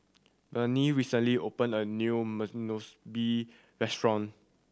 Barney recently opened a new restaurant